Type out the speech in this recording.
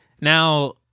Now